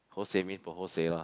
hosei mean bo hosei lah